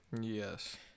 Yes